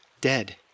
Dead